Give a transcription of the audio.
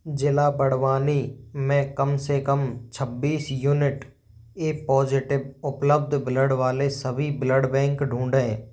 ज़िला बड़वानी में कम से कम छब्बीस यूनिट ए पॉज़िटिप उपलब्ध ब्लड वाले सभी ब्लड बैंक ढूँढें